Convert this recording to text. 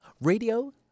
radio